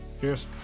Cheers